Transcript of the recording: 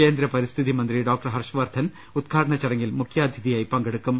കേന്ദ്ര പരി സ്ഥിതി മന്ത്രി ഡോക്ടർ ഹർഷ് വർദ്ധൻ ഉദ്ഘാടന ചടങ്ങിൽ മുഖ്യാതിഥിയായി പങ്കെടുക്കും